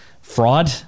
fraud